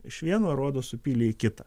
iš vieno aruodo supylė į kitą